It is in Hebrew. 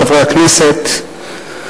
חברי הכנסת,